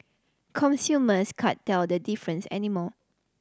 consumers can't tell the difference anymore